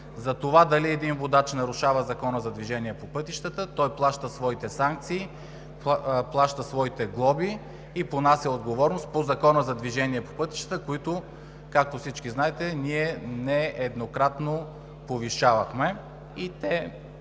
За това дали един водач нарушава Закона за движението по пътищата, той плаща своите санкции, плаща своите глоби и понася отговорност по Закона за движението по пътищата. Както всички знаете, нееднократно повишавахме глобите